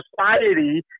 society